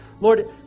Lord